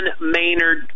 Maynard